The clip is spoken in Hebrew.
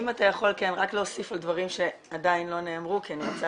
אם אתה יכול להוסיף רק על דברים שעדיין לא נאמרו כי אני רוצה